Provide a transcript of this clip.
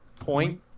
Point